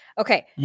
okay